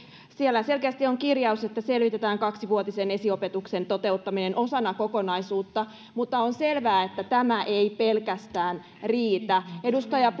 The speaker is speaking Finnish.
siellä selkeästi on kirjaus että selvitetään kaksivuotisen esiopetuksen toteuttaminen osana kokonaisuutta mutta on selvää että tämä ei pelkästään riitä edustaja